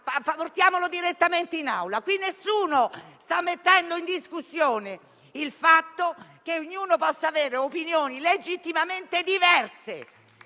portiamolo direttamente in Aula. Qui nessuno sta mettendo in discussione il fatto che ognuno possa avere opinioni legittimamente diverse